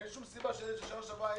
אין שום סיבה שילד שהיה בשנה שעברה,